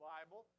Bible